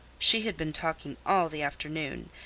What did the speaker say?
she had been talking all the afternoon,